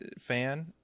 fan